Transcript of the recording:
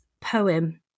poem